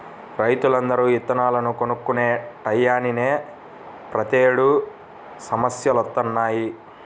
రైతులందరూ ఇత్తనాలను కొనుక్కునే టైయ్యానినే ప్రతేడు సమస్యలొత్తన్నయ్